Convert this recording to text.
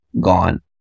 gone